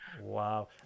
wow